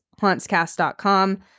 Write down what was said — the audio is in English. hauntscast.com